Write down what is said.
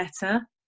better